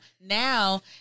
now